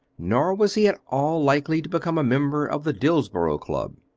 nor was he at all likely to become a member of the dillsborough club.